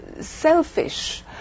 selfish